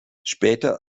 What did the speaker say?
später